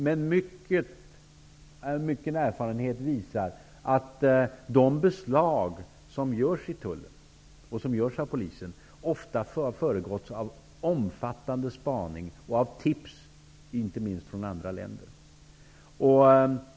Men mycken erfarenhet visar att de beslag som görs av tullen och polisen ofta har föregåtts av en omfattande spaning och av inkomna tips, inte minst från andra länder.